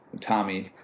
Tommy